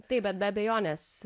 taip bet be abejonės